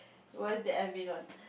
worst that I been on